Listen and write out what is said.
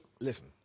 listen